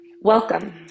Welcome